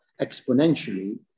exponentially